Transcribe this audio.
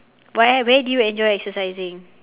why where do you enjoy exercising